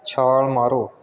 ਛਾਲ ਮਾਰੋ